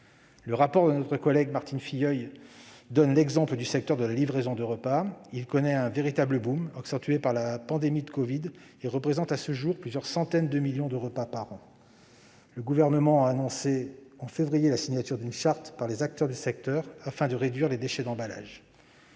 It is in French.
Le rapport de notre collègue Martine Filleul donne l'exemple du secteur de la livraison de repas : il connaît un véritable boom, accentué par la pandémie de covid-19, et représente à ce jour plusieurs centaines de millions de repas par an. Le Gouvernement a annoncé, en février dernier, la signature d'une charte par les acteurs du secteur afin de réduire les déchets d'emballages.